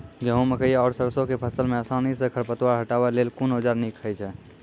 गेहूँ, मकई आर सरसो के फसल मे आसानी सॅ खर पतवार हटावै लेल कून औजार नीक है छै?